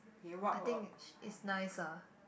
I think i~ it's nice ah